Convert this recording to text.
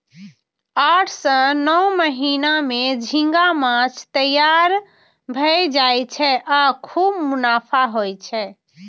आठ सं नौ महीना मे झींगा माछ तैयार भए जाय छै आ खूब मुनाफा होइ छै